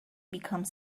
become